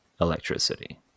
electricity